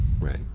Right